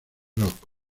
rock